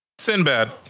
Sinbad